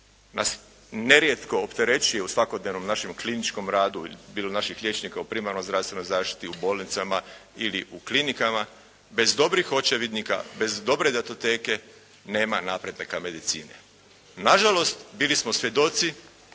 nas nerijetko opterećuje u svakodnevnom našem kliničkom radu, bilo naših liječnika u primarnoj zdravstvenoj zaštiti, u bolnicama ili u klinikama, bez dobrih očevidnika, bez dobre datoteke nema napredaka medicine. Nažalost, bili smo svjedoci